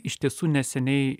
iš tiesų neseniai